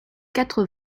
quatre